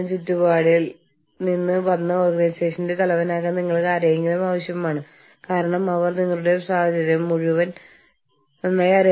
അതിനാൽ മാതൃ കമ്പനിയിൽ നിന്ന് കോർ അഡ്മിനിസ്ട്രേഷനിൽ നിന്ന് ഹെഡ്ക്വാർട്ടേഴ്സിൽ നിന്ന് അൽപ്പം കൂടുതൽ ഇടപെടൽ